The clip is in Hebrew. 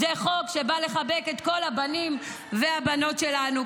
זה חוק שבא לחבק את כל הבנים והבנות שלנו.